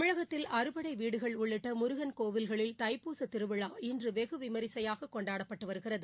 தமிழகத்தில் அறுபடை வீடுகள் உள்ளிட்ட முருகன் கோவில்களில் தைப்பூச திருவிழா இன்று வெகுவிமரிசையாக கொண்டாடப்பட்டு வருகிறது